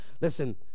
listen